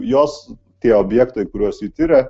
jos tie objektai kuriuos ji tiria